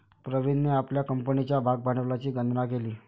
प्रवीणने आपल्या कंपनीच्या भागभांडवलाची गणना केली